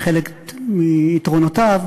מחלק מיתרונותיו,